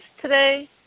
today